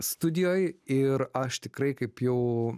studijoj ir aš tikrai kaip jau